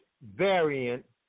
variant